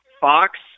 Fox